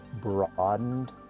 broadened